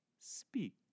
Speak